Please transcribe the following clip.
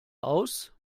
aus